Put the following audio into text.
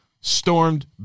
stormed